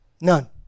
none